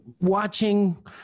watching